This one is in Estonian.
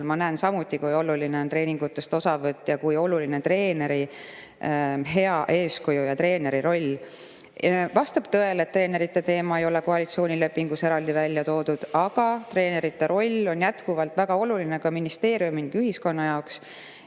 ma näen samuti, kui oluline on treeningutest osavõtt ja kui oluline on treeneri hea eeskuju ja treeneri roll. Vastab tõele, et treenerite teemat ei ole koalitsioonilepingus eraldi välja toodud, aga treenerite roll on jätkuvalt väga oluline ka ministeeriumi ning ühiskonna jaoks.